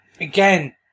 again